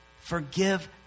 forgive